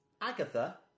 Agatha